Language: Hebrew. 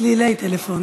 הצעת החוק לא התקבלה.